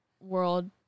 world